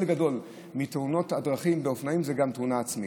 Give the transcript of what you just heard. גדול מתאונות הדרכים באופנועים זה תאונה עצמית.